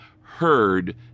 heard